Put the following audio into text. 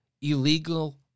illegal